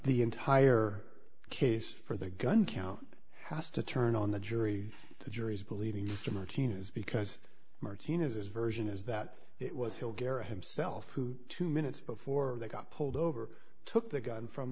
the entire case for the gun count has to turn on the jury the jury's believing the martinez because martinez his version is that it was hill garrett himself who two minutes before they got pulled over took the gun from